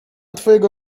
twojego